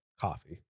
coffee